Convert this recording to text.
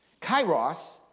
Kairos